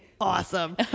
awesome